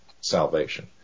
salvation